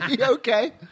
Okay